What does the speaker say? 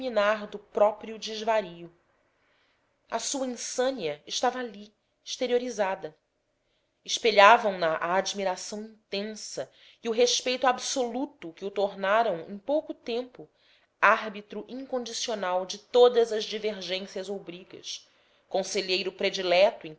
do próprio desvario a sua insânia estava ali exteriorizada espelhavam lha a admiração intensa e o respeito absoluto que o tornaram em pouco tempo árbitro incondicional de todas as divergências ou brigas conselheiro predileto em